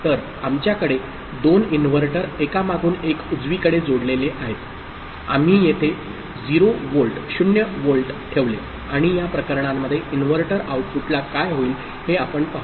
तर आमच्याकडे 2 इनव्हर्टर एकामागून एक उजवीकडे जोडलेले आहेत आम्ही येथे 0 व्होल्ट ठेवले आणि या प्रकरणांमध्ये इनव्हर्टर आउटपुटला काय होईल हे आपण पाहू